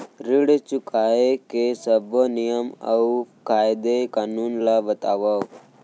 ऋण चुकाए के सब्बो नियम अऊ कायदे कानून ला बतावव